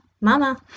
mama